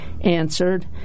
answered